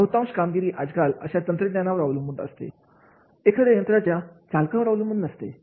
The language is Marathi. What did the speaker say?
बहुतांश कामगिरी आजकाल अशा तंत्रज्ञानावर अवलंबून असते एखाद्या यंत्राच्या चालकावर अवलंबून नसते